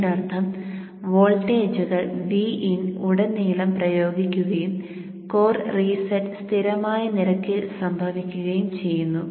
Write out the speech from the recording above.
ഇതിനർത്ഥം വോൾട്ടേജുകൾ Vin ഉടനീളം പ്രയോഗിക്കുകയും കോർ റീസെറ്റ് സ്ഥിരമായ നിരക്കിൽ സംഭവിക്കുകയും ചെയ്യുന്നു